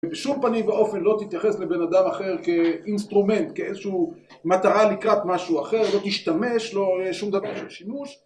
בשום פנים ואופן לא תתייחס לבן אדם אחר כאינסטרומנט, כאיזושהי מטרה לקראת משהו אחר, לא תשתמש, לא שום דבר של שימוש